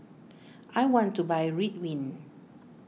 I want to buy Ridwind